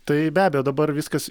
tai be abejo dabar viskas